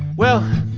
well,